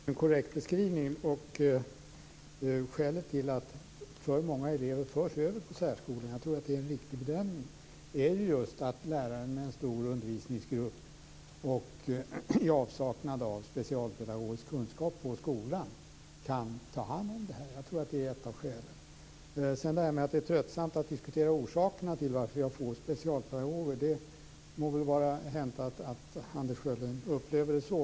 Herr talman! Det är en korrekt beskrivning. Skälet till att alltför många elever förs över till särskolan är just att en lärare med en stor undervisningsgrupp och i avsaknad av specialpedagogisk kunskap på skolan inte kan ta hand om dem. Det tror jag är en riktig bedömning. Det kanske är tröttsamt att diskutera orsakerna till att vi har så få specialpedagoger. Det må väl vara hänt att Anders Sjölund upplever det så.